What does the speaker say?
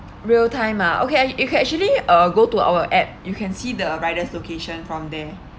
real time uh okay I you can actually uh go to our app you can see the rider's location from there